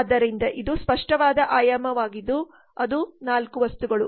ಆದ್ದರಿಂದ ಇದು ಸ್ಪಷ್ಟವಾದ ಆಯಾಮವಾಗಿದ್ದು ಅದು 4 ವಸ್ತುಗಳು